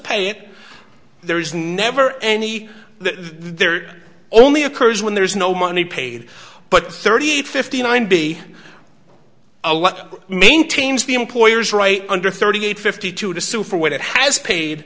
pay it there is never any there only occurs when there's no money paid but thirty eight fifty nine b i mean teams the employers right under thirty eight fifty two to sue for what it has paid